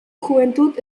juventud